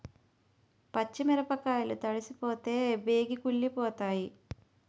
పచ్చి మిరపకాయలు తడిసిపోతే బేగి కుళ్ళిపోతాయి